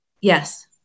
Yes